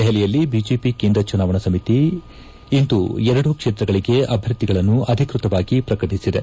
ದೆಹಲಿಯಲ್ಲಿ ಬಿಜೆಪಿ ಕೇಂದ್ರ ಚುನಾವಣಾ ಸಮಿತಿ ಇಂದು ಎರಡೂ ಕ್ಷೇತ್ರಗಳಿಗೆ ಅಭ್ಯರ್ಥಿಗಳನ್ನು ಅಧಿಕೃತವಾಗಿ ಪ್ರಕಟಿಸಿದೆ